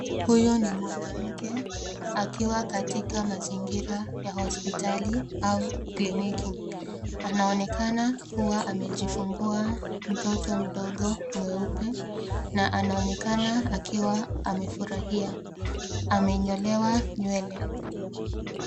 Huyu ni mwanamke akiwa katika mazingira ya hospitali au kliniki. Anaonekana kuwa amejifungua mtoto mdogo mweupe na anaonekana akiwa amefurahia, amenyolewa nywele.